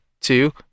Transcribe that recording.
two